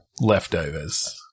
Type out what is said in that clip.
leftovers